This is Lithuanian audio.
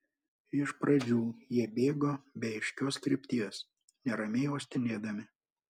iš pradžių jie bėgo be aiškios krypties neramiai uostinėdami